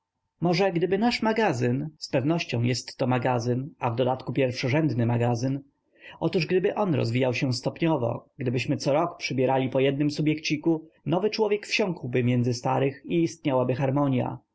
może gdyby nasz magazyn z pewnością jestto magazyn a w dodatku pierwszorzędny magazyn otóż gdyby on rozwijał się stopniowo gdybyśmy corok przybierali po jednym subjekciku nowy człowiek wsiąknąłby między starych i istniałaby